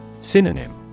Synonym